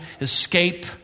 escape